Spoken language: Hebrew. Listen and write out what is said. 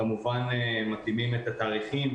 וכמובן מתאימות את התאריכים,